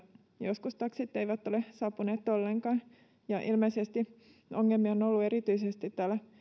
joskus taksit eivät ole saapuneet ollenkaan ilmeisesti ongelmia on ollut erityisesti täällä